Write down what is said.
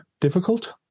difficult